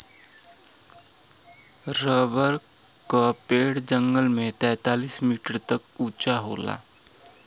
rubber क पेड़ जंगल में तैंतालीस मीटर तक उंचा होला